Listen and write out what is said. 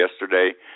yesterday